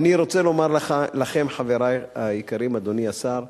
ואני רוצה לומר לכם, חברי היקרים, אדוני השר: